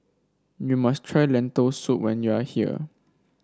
you must try Lentil Soup when you are here